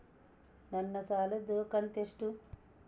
ನನ್ನ ಸಾಲದು ಕಂತ್ಯಷ್ಟು?